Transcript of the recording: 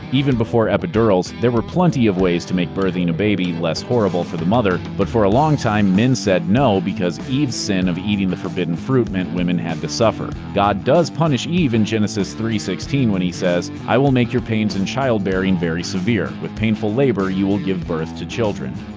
even before epidurals, there were plenty of ways to make birthing a baby less horrible for the mother, but for a long time, men said no because eve's sin of eating the forbidden fruit meant women had to suffer god does punish eve in genesis three sixteen when he says, i will make your pains in childbearing very severe with painful labor you will give birth to children.